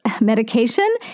medication